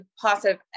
positive